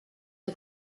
der